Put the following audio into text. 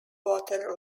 water